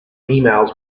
emails